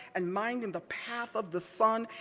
and minding the path of the sun,